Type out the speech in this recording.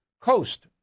coast